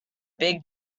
big